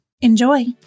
Enjoy